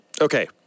Okay